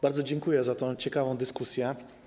Bardzo dziękuję za tę ciekawą dyskusję.